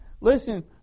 listen